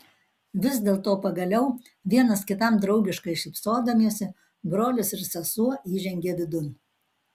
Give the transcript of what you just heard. vis dėlto pagaliau vienas kitam draugiškai šypsodamiesi brolis ir sesuo įžengė vidun